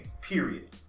period